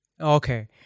Okay